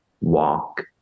walk